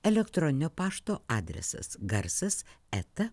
elektroninio pašto adresas garsas eta